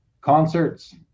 concerts